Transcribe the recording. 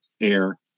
Air